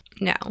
No